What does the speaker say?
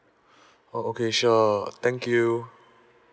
oh okay sure thank you